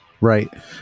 right